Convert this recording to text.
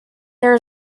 there